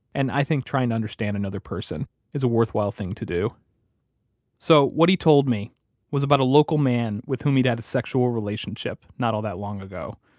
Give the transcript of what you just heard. and i think trying to understand another person is a worthwhile thing to do so what he told me was about a local man with whom he'd had a sexual relationship not all that long ago.